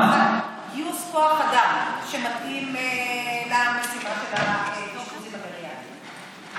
שמתאים למשימה של האשפוזים הגריאטריים,